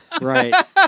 Right